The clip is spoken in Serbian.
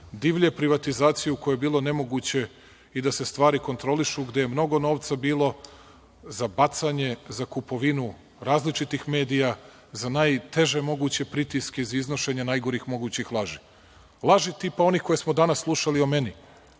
divlje privatizacije u kojoj je bilo nemoguće i da se stvari kontrolišu, gde je mnogo novca bilo za bacanje, za kupovinu različitih medija, za najteže moguće pritiske iz iznošenja najgorih mogućih laži, laži tipa onih koje smo danas slušali o meni